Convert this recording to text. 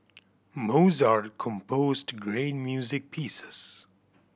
Mozart composed great music pieces